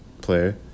player